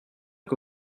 que